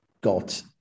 got